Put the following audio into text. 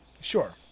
Sure